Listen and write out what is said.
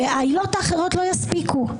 העילות האחרות לא יספיקו,